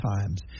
Times